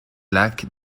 lac